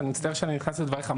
אני מצטער שאני נכנס לדבריך,